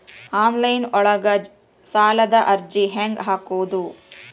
Online ಒಳಗ ಸಾಲದ ಅರ್ಜಿ ಹೆಂಗ್ ಹಾಕುವುದು?